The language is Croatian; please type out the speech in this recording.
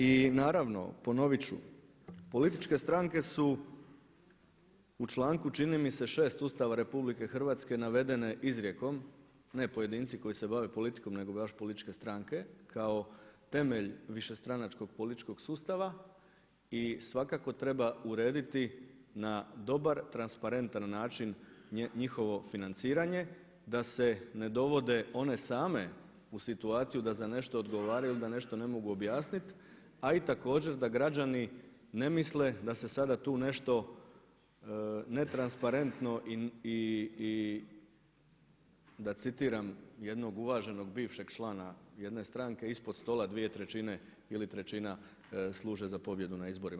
I naravno, ponovit ću političke stranke su u članku čini mi se 6. Ustava RH navedene izrijekom, ne pojedinci koje se bave politikom nego baš političke stranke kao temelj višestranačkog političkog sustava i svakako treba urediti na dobar transparentan način njihovo financiranje da se ne dovode one same u situaciju da za nešto odgovaraju ili da nešto ne mogu objasnit, a i također da građani ne misle da se sada tu nešto netransparentno i da citiram jednog uvaženog bivšeg člana jedne stranke ispod stola 2/3 ili trećina služe za pobjedu na izborima.